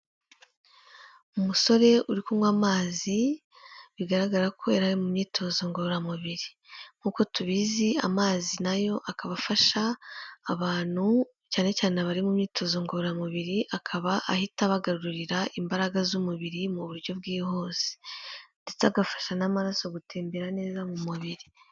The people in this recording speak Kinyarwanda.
umusore uri kunywa amazi bigaragara ko yari ari mu myitozo ngororamubiri. Nk'uko tubizi amazi nayo akaba afasha abantu cyane cyane abari mu myitozo ngororamubiri, akaba ahita abagarurira imbaraga z'umubiri mu buryo bwihuse ndetse agafasha n'amaraso gutembera neza mu mubiri.